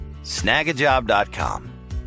Snagajob.com